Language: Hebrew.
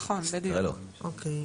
אוקיי.